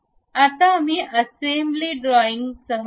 आता आम्ही असेंब्ली ड्रॉईंगसह जाऊ